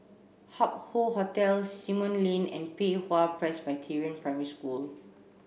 Hup Hoe Hotel Simon Lane and Pei Hwa Presbyterian Primary School